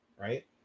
right